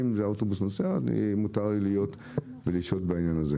שהאוטובוס נוסע ולכן מותר להם לשהות שם.